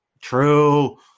true